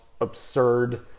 absurd